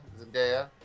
Zendaya